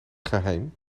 geheim